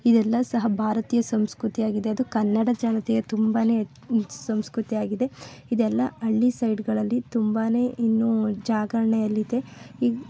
ಇದೆಲ್ಲ ಸಹ ಭಾರತೀಯ ಸಂಸ್ಕೃತಿಯಾಗಿದೆ ಅದು ಕನ್ನಡ ಜನತೆಯ ತುಂಬನೇ ಸಂಸ್ಕೃತಿಯಾಗಿದೆ ಇದೆಲ್ಲ ಹಳ್ಳಿ ಸೈಡ್ಗಳಲ್ಲಿ ತುಂಬಾನೆ ಇನ್ನೂ ಜಾಗರಣೆಯಲ್ಲಿದೆ ಈಗ